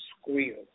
squeal